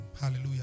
Hallelujah